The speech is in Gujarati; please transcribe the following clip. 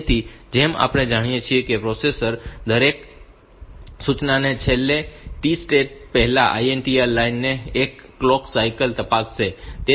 તેથી જેમ આપણે જાણીએ છીએ કે માઇક્રોપ્રોસેસર દરેક સૂચનાની છેલ્લી T સ્ટેટ પહેલા INTR લાઇન ની એક ક્લોક સાઇકલ તપાસશે